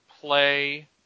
play